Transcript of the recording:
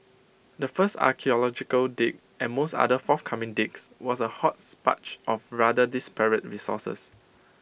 the first archaeological dig and most other forthcoming digs was A hodgepodge of rather disparate resources